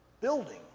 building